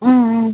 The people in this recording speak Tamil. ம் ம்